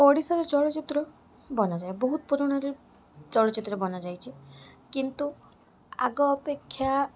ଓଡ଼ିଶାର ଚଳଚ୍ଚିତ୍ର ବନାଯାଏ ବହୁତ ପୁରୁଣାରେ ଚଳଚ୍ଚିତ୍ର ବନାଯାଇଛି କିନ୍ତୁ ଆଗ ଅପେକ୍ଷା